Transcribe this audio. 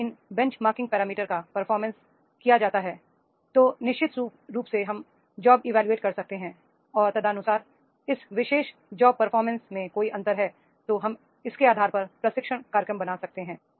यदि इन benchmarking parameter का परफॉर्मेंस किया जाता है तो निश्चित रूप से हम जॉब इवोल्यूशन कर सकते हैं और तदनुसार इसविशेष जॉब परफॉर्मेंस में कोई अंतर है तो हम इसके आधार पर प्रशिक्षण कार्यक्रम बना सकते हैं